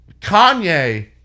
Kanye